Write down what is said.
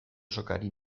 sokari